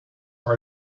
far